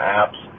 apps